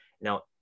Now